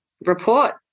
report